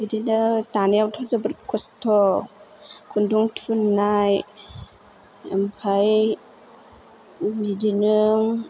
बिदिनो दानायावथ' जोबोद खस्थ' खुन्दुं थुननाय ओमफ्राय बिदिनो